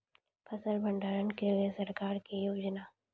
फसल भंडारण के लिए सरकार की योजना?